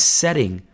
setting